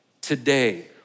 today